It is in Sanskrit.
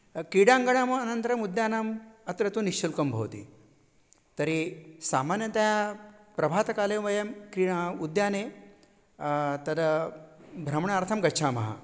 कीडाङ्गणम् अनन्तरम् उद्यानम् अत्र तु निश्शुल्कं भवति तर्हि सामान्यतया प्रभातकाले वयं क्रीडा उद्याने तद् भ्रमणार्थं गच्छामः